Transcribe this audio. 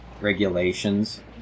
regulations